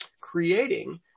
Creating